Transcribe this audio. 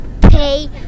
pay